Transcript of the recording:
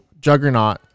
Juggernaut